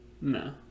No